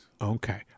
Okay